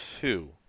two